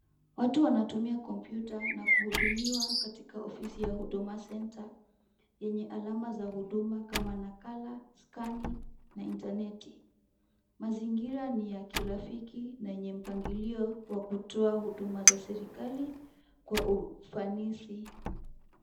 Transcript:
Watu wanatumia kompyuta na kuhudumiwa katika ofisi ya huduma centre yenye alama za huduma kama nakala, skani na intaneti. Mazingira ni ya kirafiki na mpangilio wa kutoa huduma za serikali kwa ufanisi.